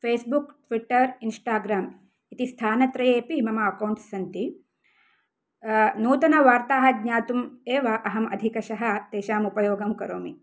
Facebook Twitter Instagram इति स्थानत्रयेऽपि मम अकौण्ट्स् सन्ति नूतनवार्ताः ज्ञातुम् एव अहं अधिकशः तेषाम् उपयोगं करोमि